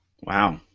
Wow